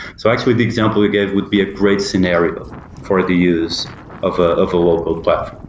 so actually, the example you gave would be a great scenario for the use of ah of a local platform